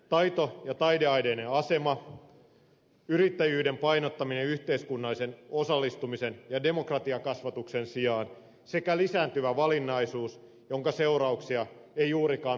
taito ja taideaineiden asema yrittäjyyden painottaminen yhteiskunnallisen osallistumisen ja demokratiakasvatuksen sijaan sekä lisääntyvä valinnaisuus jonka seurauksia ei juurikaan mietitä